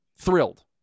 Thrilled